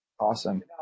Awesome